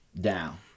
down